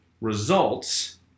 results